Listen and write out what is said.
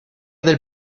del